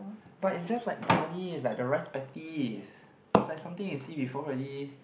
but it's just like bali it's like the rice paddies it's like something you see before already